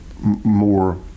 more